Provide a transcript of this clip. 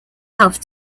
have